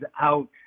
out